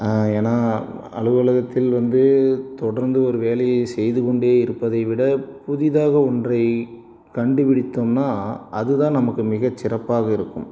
ஏன்னால் அலுவலகத்தில் வந்து தொடர்ந்து ஒரு வேலையை செய்து கொண்டே இருப்பதை விட புதிதாக ஒன்றை கண்டுபிடித்தோம்னா அதுதான் நமக்கு மிகச்சிறப்பாக இருக்கும்